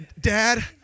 Dad